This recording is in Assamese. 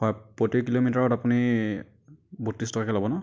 হয় প্ৰতি কিলোমিটাৰত আপুনি বত্ৰিছ টকাকে ল'ব ন